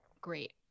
great